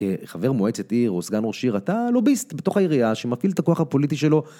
חבר מועצת עיר או סגן ראש עיר אתה לוביסט בתוך העירייה שמפעיל את הכוח הפוליטי שלו